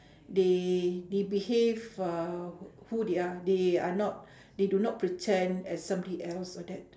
they they behave uh w~ who they are not they are not they do not pretend as somebody else all that